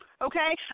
Okay